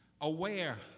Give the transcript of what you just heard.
aware